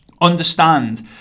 understand